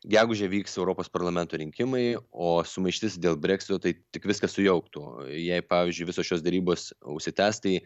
gegužę vyks europos parlamento rinkimai o sumaištis dėl breksito tai tik viską sujauktų jei pavyzdžiui visos šios derybos užsitęs tai